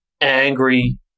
angry